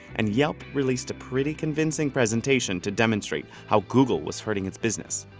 and yelp released a pretty convincing presentation to demonstrate how google was hurting its business.